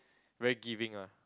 very giving ah